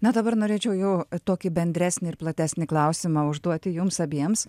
na dabar norėčiau jau tokį bendresnį ir platesnį klausimą užduoti jums abiems